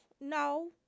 No